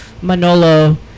Manolo